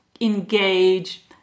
engage